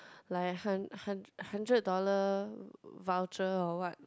like hun~ hun~ hundred dollar voucher or what